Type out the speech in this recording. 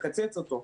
לקצץ אותו.